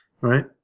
right